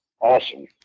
awesome